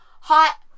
hot